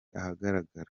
ahagaragara